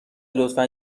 لطفا